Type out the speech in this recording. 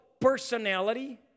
personality